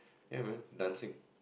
ya man dancing